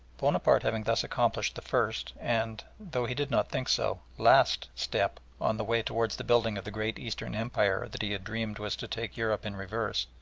bonaparte having thus accomplished the first and, though he did not think so, last step on the way towards the building of the great eastern empire that he had dreamed was to take europe in reverse,